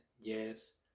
Yes